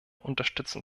unterstützen